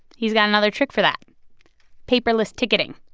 he's got another trick for that paperless ticketing.